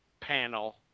panel